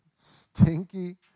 stinky